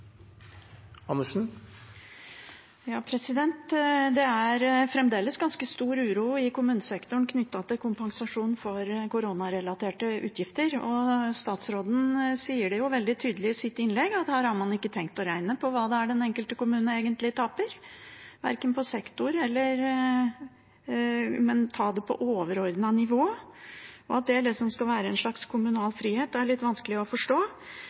er fremdeles ganske stor uro i kommunesektoren knyttet til kompensasjon for koronarelaterte utgifter. Statsråden sier jo veldig tydelig i sitt innlegg at her har man ikke tenkt å regne på hva det er den enkelte kommune egentlig taper, ikke på sektor, men ta det på overordnet nivå, og at det liksom skal være en slags kommunal frihet. Det er litt vanskelig å forstå.